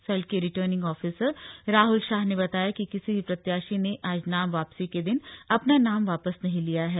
सल्ट के returning officer Rahul Shah ने बताया कि किसी भी प्रत्याशी ने आज नाम वापसी के दिन अपना नाम वापस नहीं लिया है